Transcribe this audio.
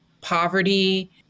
poverty